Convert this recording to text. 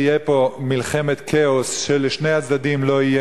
תהיה פה מלחמת כאוס שלשני הצדדים לא תהיה